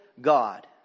God